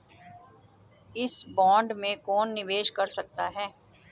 इस बॉन्ड में कौन निवेश कर सकता है?